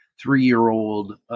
three-year-old